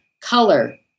color